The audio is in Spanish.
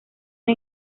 una